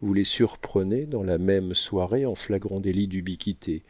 vous les surprenez dans la même soirée en flagrant délit d'ubiquité